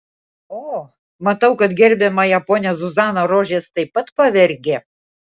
o matau kad gerbiamąją ponią zuzaną rožės taip pat pavergė